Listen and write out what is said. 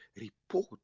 report